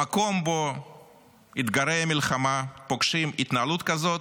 במקום שבו אתגרי המלחמה פוגשים התנהלות כזאת,